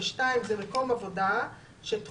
ו-(2) זה מקום עבודה שתחום,